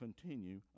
continue